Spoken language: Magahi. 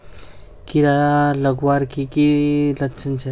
कीड़ा लगवार की की लक्षण छे?